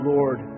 Lord